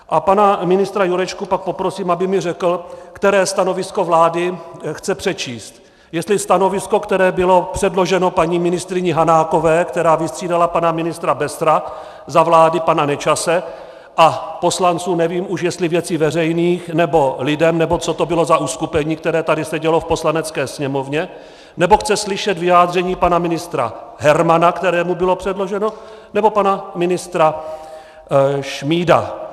A pana ministra Jurečku pak poprosím, aby mi řekl, které stanovisko vlády chce přečíst, jestli stanovisko, které bylo předloženo paní ministryni Hanákové, která vystřídala pana ministra Bessera za vlády pana Nečase, a poslanců, nevím už, jestli Věcí veřejných nebo Lidem nebo co to bylo za uskupení, které tady sedělo v Poslanecké sněmovně, nebo chce slyšet vyjádření pana ministra Hermana, které mu bylo předloženo, nebo pana ministra Šmída.